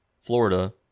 Florida